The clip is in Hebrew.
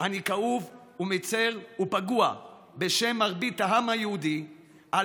אני כאוב ומצר ופגוע בשם מרבית העם היהודי על